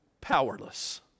powerless